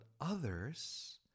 others